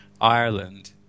Ireland